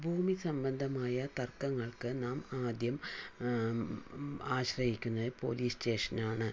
ഭൂമി സംബന്ധമായ തർക്കങ്ങൾക്ക് നാം ആദ്യം ആശ്രയിക്കുന്നത് പോലീസ് സ്റ്റേഷൻ ആണ്